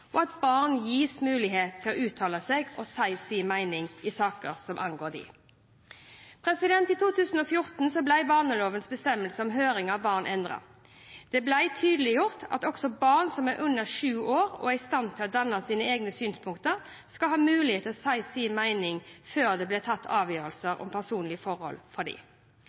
og at barn gis mulighet til å uttale seg og si sin mening i saker som angår dem. I 2014 ble barnelovens bestemmelser om høring av barn endret. Det ble tydeliggjort at også barn som er under sju år og i stand til å danne seg sine egne synspunkter, skal ha mulighet til å si sin mening før det blir tatt avgjørelser om personlige forhold for